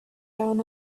down